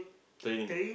training